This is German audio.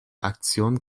aktion